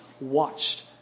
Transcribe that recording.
watched